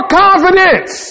confidence